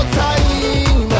time